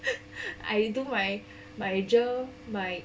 I do my my J_E_R